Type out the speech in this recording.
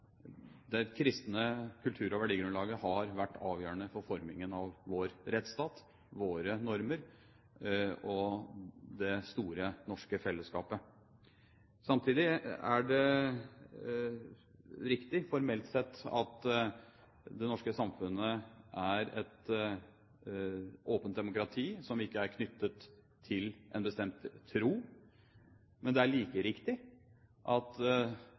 Det kristne kultur- og verdigrunnlaget har vært avgjørende for formingen av vår rettsstat, våre normer og det store norske fellesskapet. Samtidig er det riktig, formelt sett, at det norske samfunnet er et åpent demokrati som ikke er knyttet til en bestemt tro. Men det er like riktig at